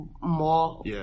more